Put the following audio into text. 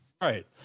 Right